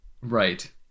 right